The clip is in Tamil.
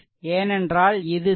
ஏனென்றால் இது 6 volt